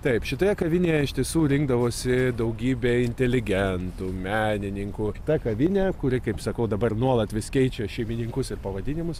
taip šitoje kavinėje iš tiesų rinkdavosi daugybė inteligentų menininkų ta kavinė kuri kaip sakau dabar nuolat vis keičia šeimininkus ir pavadinimus